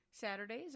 Saturdays